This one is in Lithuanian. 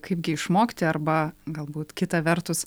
kaipgi išmokti arba galbūt kita vertus